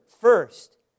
First